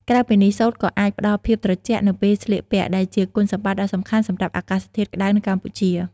ក្រៅពីនេះ សូត្រក៏អាច ផ្តល់ភាពត្រជាក់ នៅពេលស្លៀកពាក់ ដែលជាគុណសម្បត្តិដ៏សំខាន់សម្រាប់អាកាសធាតុក្តៅនៅកម្ពុជា។